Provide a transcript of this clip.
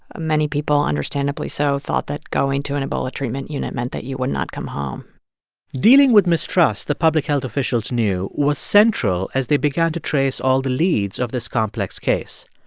many people, understandably so, thought that going to an ebola treatment unit meant that you would not come home dealing with mistrust, the public health officials knew, was central as they began to trace all the leads of this complex case.